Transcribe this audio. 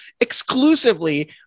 exclusively